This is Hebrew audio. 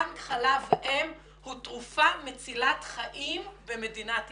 בנק חלב אם הוא תרופה מצילת חיים במדינת ישראל.